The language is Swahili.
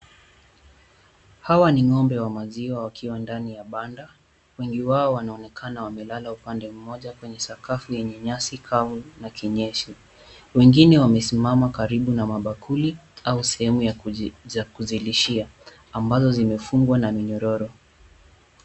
Hawa ni ng'ombe wa maziwa wakiwa ndani ya banda, wengi wao wanaonekana wamelala upande mmoja, kwenye sakafu yenye nyasi kavu na kinyesi. Wengine wamesimama karibu na mabakuli aua sehemu za kuzilishia ambazo zimefungwa na minyororo.